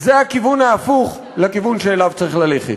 זה הכיוון ההפוך לכיוון שאליו צריך ללכת.